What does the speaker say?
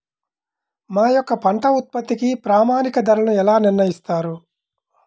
మా యొక్క పంట ఉత్పత్తికి ప్రామాణిక ధరలను ఎలా నిర్ణయిస్తారు?